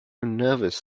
nervous